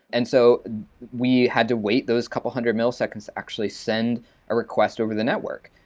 and so we had to wait those couple of hundred milliseconds to actually send a request over the network.